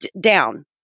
down